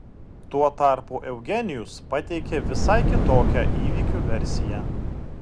tuo tarpu eugenijus pateikė visai kitokią įvykių versiją